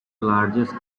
largest